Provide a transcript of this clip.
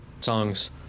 songs